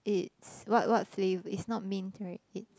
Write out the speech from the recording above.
it's what what flav~ it's not mint right it